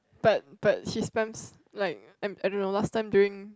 but but his time like I don't know last time during